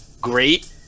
Great